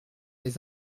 les